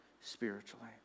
spiritually